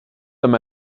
them